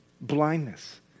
blindness